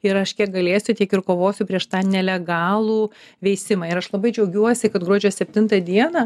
ir aš kiek galėsiu tiek ir kovosiu prieš tą nelegalų veisimą ir aš labai džiaugiuosi kad gruodžio septintą dieną